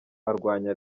arwanya